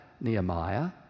Nehemiah